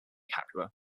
capua